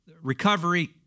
recovery